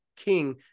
King